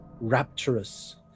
rapturous